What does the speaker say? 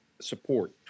support